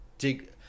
Dig